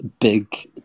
big